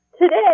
today